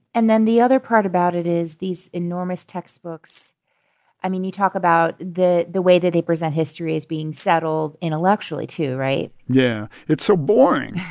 and then the other part about it is these enormous textbooks i mean, you talk about the the way that they present history as being settled intellectually, too, right? yeah. it's so boring.